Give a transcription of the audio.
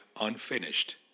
unfinished